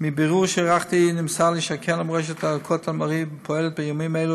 מבירור שערכתי נמסר לי שהקרן למורשת הכותל המערבי פועלת בימים אלו